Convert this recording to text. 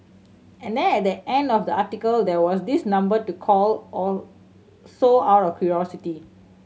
and then at the end of the article there was this number to call or so out of curiosity